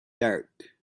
dark